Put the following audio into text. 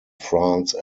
france